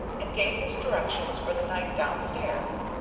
and gave his directions for the night down-stairs.